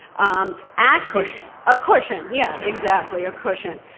um ah a cushion a cushion, yeah. exactly, a cushion.